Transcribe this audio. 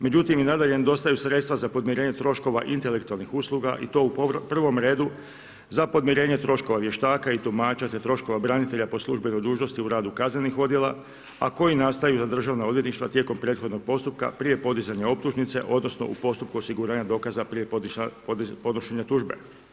Međutim i nadalje nedostaju sredstva za podmirenje troškova intelektualnih usluga i to u prvom redu za podmirenje troškova vještaka i tumača te troškova branitelja po službenoj dužnosti u radu kaznenih odjela, a koji nastaju za državna odvjetništva tijekom prethodnog postupka prije podizanja optužnice, odnosno u postupku osiguranja dokaza prije podnošenja tužbe.